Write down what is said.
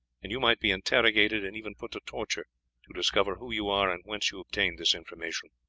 and you might be interrogated and even put to torture to discover who you are and whence you obtained this information.